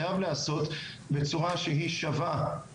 חייב להיעשות בצורה שהיא שווה,